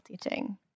teaching